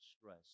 stress